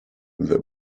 the